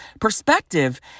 perspective